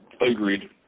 Agreed